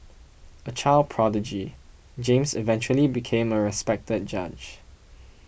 a child prodigy James eventually became a respected judge